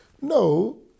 No